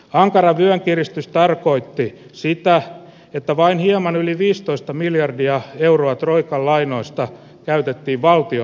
ankaran vyön kiristys tarkoitti sitä että vain hieman yli viisitoista miljardia euroa troikan lainoista käytettiin valtio